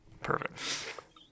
Perfect